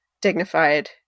dignified